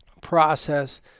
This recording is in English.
process